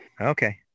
Okay